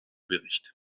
bericht